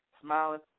smiling